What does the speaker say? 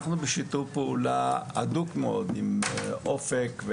אנחנו בשיתוף פעולה הדוק מאוד עם אופק,